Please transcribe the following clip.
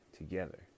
together